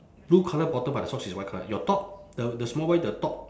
blue colour bottom but the socks is white colour your top the the small white the top